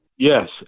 Yes